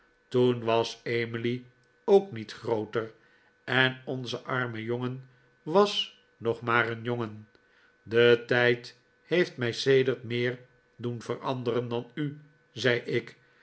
toen was emily ook niet grooter en onze arme jongen was nog maar een jongen de tijd heeft mij sedert meer doen veranderen dan u zei ik